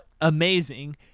Amazing